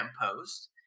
post